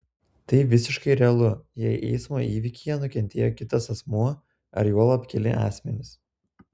tai visiškai realu jei eismo įvykyje nukentėjo kitas asmuo ar juolab keli asmenys